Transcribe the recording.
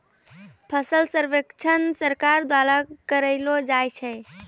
फसल सर्वेक्षण सरकार द्वारा करैलो जाय छै